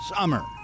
Summer